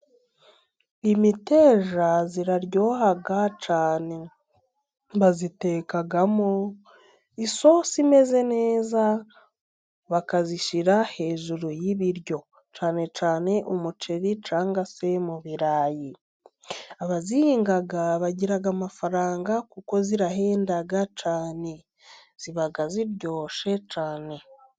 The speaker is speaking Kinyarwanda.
Imiteja iraryoha cyane. Bayitekamo isosi imeze neza bakayishyira hejuru y'ibiryo, cyane cyane umuceri cyangwa se mu birayi. Abayihinga bagira amafaranga kuko irahenda cyane, iba iryoshye cyane.